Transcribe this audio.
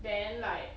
then like